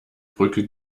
brücke